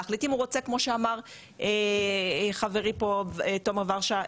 להחליט אם הוא רוצה כמו שאמר פה חברי תומר ורשה,